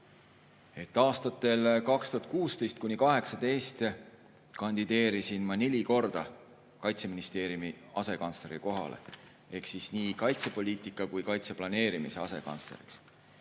Aastatel 2016–2018 kandideerisin neli korda Kaitseministeeriumi asekantsleri kohale, nii kaitsepoliitika kui kaitseplaneerimise asekantsleriks.